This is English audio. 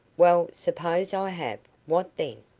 well, suppose i have. what then?